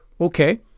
okay